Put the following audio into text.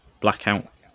Blackout